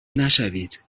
نشوید